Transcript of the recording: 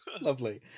lovely